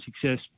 success